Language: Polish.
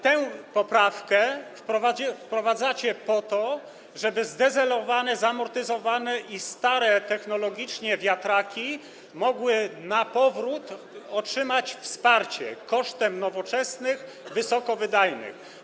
Tę poprawkę wprowadzacie po to, żeby zdezelowane, zamortyzowane i stare technologicznie wiatraki mogły na powrót otrzymać wsparcie, kosztem nowoczesnych, wysokowydajnych.